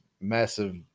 massive